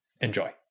Enjoy